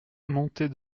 montée